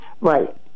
Right